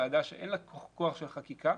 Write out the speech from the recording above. ועדה שאין לה כוח של חקיקה,